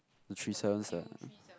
the three seven seven ah